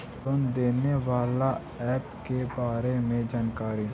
Loan देने बाला app के बारे मे जानकारी?